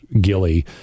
Gilly